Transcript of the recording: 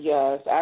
Yes